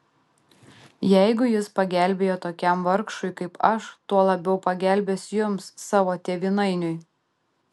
jeigu jis pagelbėjo tokiam vargšui kaip aš tuo labiau pagelbės jums savo tėvynainiui